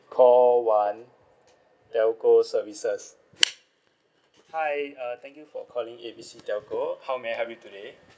call one telco services hi uh thank you for calling A B C telco how may I help you today